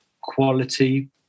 quality